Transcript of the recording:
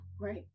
Right